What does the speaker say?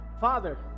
Father